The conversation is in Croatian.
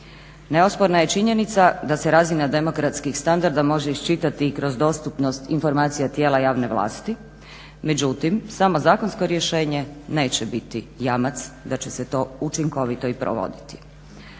Neosporna je činjenica da se razina demokratskih standarda može iščitati i kroz dostupnost informacija tijela javne vlasti, međutim samo zakonsko rješenje neće biti jamac da će se to učinkovito i provoditi.